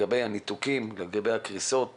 לניתוקים ולקריסות